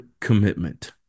commitment